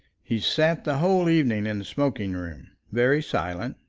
he sat the whole evening in the smoking-room, very silent,